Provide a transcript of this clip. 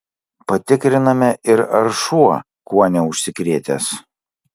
patikriname ir ar šuo kuo neužsikrėtęs